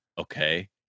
okay